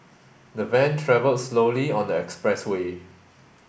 the van travelled slowly on the express way